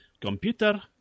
Computer